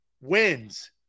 wins